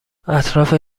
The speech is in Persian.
اطراف